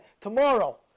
tomorrow